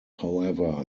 however